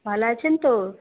ভালো আছেন তো